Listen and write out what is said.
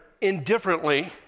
indifferently